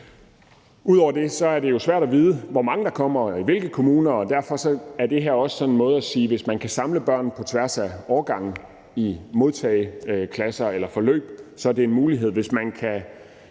Ud over det er det jo svært at vide, hvor mange der kommer og i hvilke kommuner, og derfor er det her også en måde at sige, at hvis man kan samle børnene på tværs af årgange i modtageklasser eller andre forløb, er det en mulighed, og hvis man i